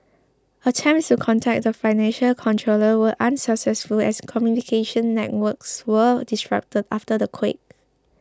attempts to contact the financial controller were unsuccessful as communication networks were disrupted after the quake